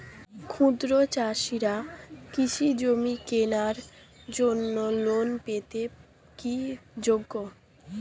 ক্ষুদ্র চাষিরা কৃষিজমি কেনার জন্য লোন পেতে কি যোগ্য?